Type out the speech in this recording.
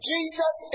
Jesus